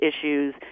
issues